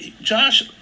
Josh